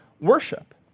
worship